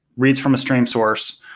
reads from a stream source,